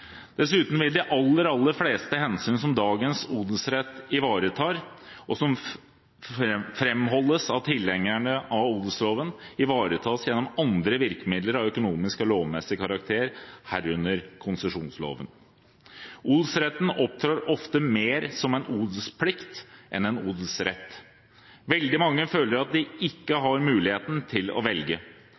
Dessuten vil de aller, aller fleste hensyn som dagens odelsrett ivaretar, og som framholdes av tilhengerne av odelsloven, ivaretas gjennom andre virkemidler av økonomisk og lovmessig karakter, herunder konsesjonsloven. Odelsretten opptrer ofte mer som en odelsplikt enn en odelsrett. Veldig mange føler at de ikke har muligheten til å velge.